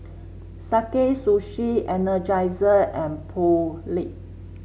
Sakae Sushi Energizer and Poulet